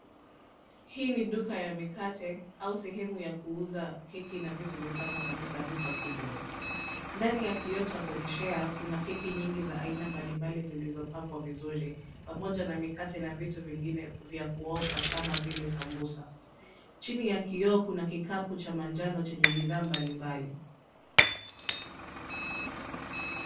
Hii ni duka ya mikate au sehemu ya kuuza keki na vitu vitamu katika duka kubwa. Ndani ya kioo cha kuonyeshea, kuna keki nyingi za aina mbalimbali zilizopambwa vizuri pamoja na mikate na vitu vingine vya kuoka kama vile sambusa. Chini ya kioo kuna kikapu cha manjano chenye bidhaa mbalimbali.